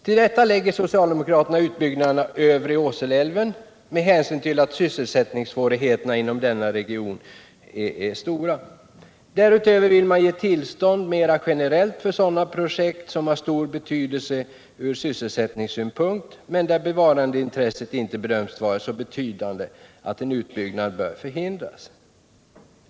Till detta lägger socialdemokraterna utbyggnaden av övre Åseleälven med hänsyn till att sysselsättningssvårigheterna inom denna region är stora. Dessutom vill man ge tillstånd mera generellt för sådana projekt som har stor betydelse från sysselsättningssynpunkt, men där bevarandeintresset inte bedömts vara så betydande att en utbyggnad bör hindras.